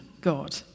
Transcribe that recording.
God